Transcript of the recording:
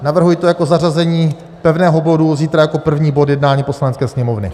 Navrhuji to jako zařazení pevného bodu zítra jako první bod jednání Poslanecké sněmovny.